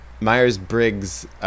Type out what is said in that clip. Myers-Briggs